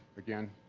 again,